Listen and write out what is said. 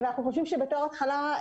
בתור התחלה,